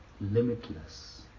limitless